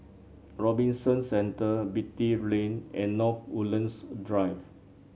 Robinson Centre Beatty Lane and North Woodlands Drive